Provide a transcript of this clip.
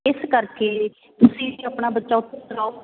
ਇਸ ਕਰਕੇ ਤੁਸੀਂ ਆਪਣਾ ਬੱਚਾ ਉੱੱਥੇ ਲਗਾਓ